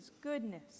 goodness